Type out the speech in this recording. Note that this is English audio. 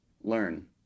learn